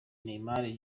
neymar